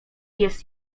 jest